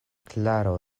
klaro